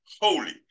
holy